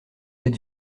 êtes